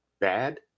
bad